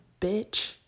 bitch